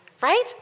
right